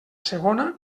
segona